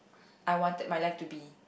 I wanted my life to be